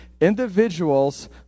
individuals